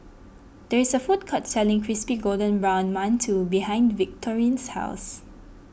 there is a food court selling Crispy Golden Brown Mantou behind Victorine's house